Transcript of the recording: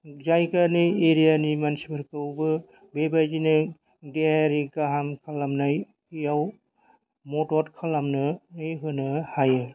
जायगानि एरियानि मानसिफोरखौबो बेबायदिनो देहायारि गाहाम खालामनायाव मदद खालामनानै होनो हायो